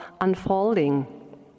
unfolding